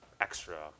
extra